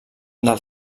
del